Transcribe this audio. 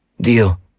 deal